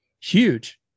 Huge